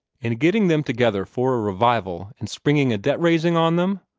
in getting them together for a revival, and springing a debt-raising on them?